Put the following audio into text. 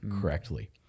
correctly